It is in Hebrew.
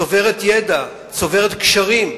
צוברת ידע, צוברת קשרים,